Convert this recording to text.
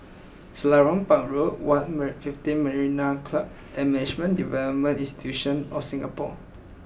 Selarang Park Road One Fifteen Marina Club and Management Development institute of Singapore